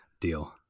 Deal